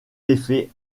effet